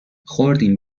خوردیم